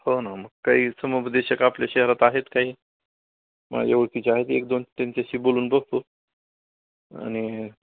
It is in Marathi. हो ना मग काही समुपदेशक आपल्या शहरात आहेत काही माझ्या ओळखीचे आहेत एक दोन त्यांच्याशी बोलून बघतो आणि